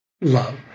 love